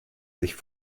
sich